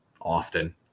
often